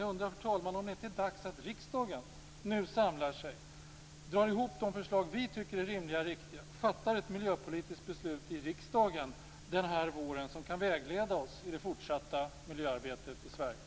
Jag undrar, fru talman, om det inte är dags att riksdagen nu samlar sig, drar ihop de förslag vi tycker är rimliga och riktiga och fattar ett miljöpolitiskt beslut i riksdagen den här våren som kan vägleda oss i det fortsatta miljöarbetet i Sverige.